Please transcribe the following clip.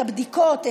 את הבדיקות,